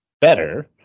better